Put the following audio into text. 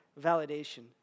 validation